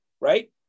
right